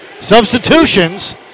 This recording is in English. Substitutions